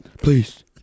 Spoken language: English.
Please